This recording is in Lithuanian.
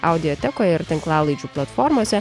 audiatekoje ir tinklalaidžių platformose